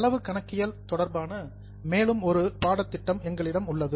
செலவு கணக்கியல் தொடர்பான மேலும் ஒரு பாடத்திட்டம் எங்களிடம் உள்ளது